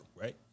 right